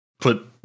put